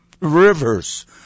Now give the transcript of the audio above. Rivers